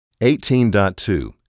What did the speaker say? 18.2